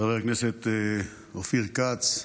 חבר הכנסת אופיר כץ,